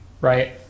right